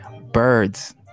birds